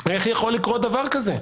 איך יכול לקרות דבר כזה?